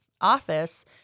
office